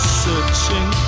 searching